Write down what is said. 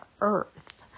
earth